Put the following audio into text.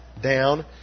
down